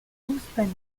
ouzhpenn